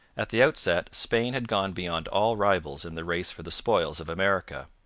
at the outset spain had gone beyond all rivals in the race for the spoils of america.